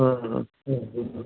হুম হুম হুম হুম হুম